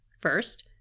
First